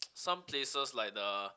some places like the